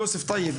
יוסף טייב,